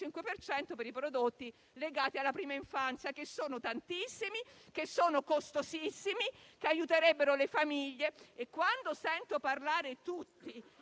per cento per i prodotti legati alla prima infanzia, che sono tantissimi e costosissimi, e ciò aiuterebbe le famiglie. Quando sento parlare di